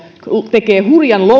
tekee hurjan